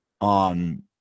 on